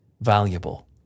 valuable